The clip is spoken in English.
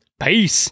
Peace